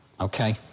Okay